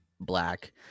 black